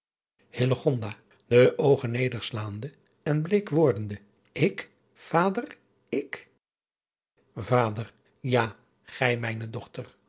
de oogen nederslaande en bleek wordende ik vader ik vader ja gij mijne dochter